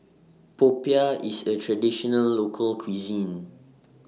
Popiah IS A Traditional Local Cuisine